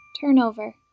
Turnover